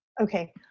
Okay